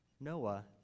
Noah